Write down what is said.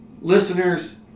listeners